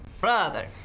brother